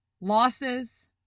losses